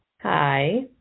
hi